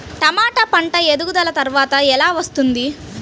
టమాట పంట ఎదుగుదల త్వరగా ఎలా వస్తుంది?